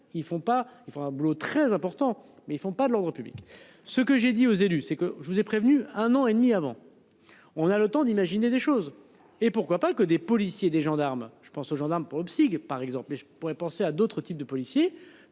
ils font un boulot très important mais ils ne font pas de l'ordre public. Ce que j'ai dit aux élus, c'est que je vous ai prévenu un an et demi avant. On a le temps d'imaginer des choses. Et pourquoi pas que des policiers, des gendarmes, je pense aux gendarmes pour PSIG par exemple mais je pourrais penser à d'autres types de policiers